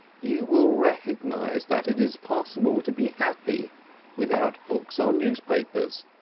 you will recognise that it is possible to be happy without books or newspapers,